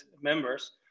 members